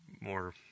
more